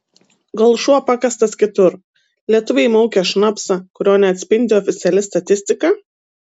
gal šuo pakastas kitur lietuviai maukia šnapsą kurio neatspindi oficiali statistika